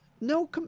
No